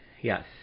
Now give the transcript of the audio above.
Yes